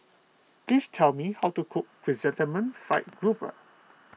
please tell me how to cook Chrysanthemum Fried Grouper